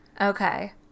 Okay